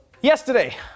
Yesterday